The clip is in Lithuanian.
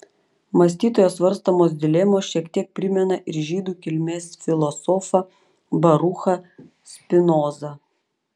mąstytojo svarstomos dilemos šiek tiek primena ir žydų kilmės filosofą baruchą spinozą